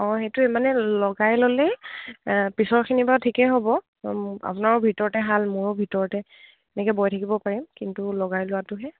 অঁ সেইটো মানে লগাই ল'লে পিছৰখিনিৰ বাাৰ ঠিকে হ'ব আপোনাৰ ভিতৰতে হাল মোৰো ভিতৰতে এনেকে বৈ থাকিব পাৰিম কিন্তু লগাই লোৱাটোহে